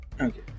Okay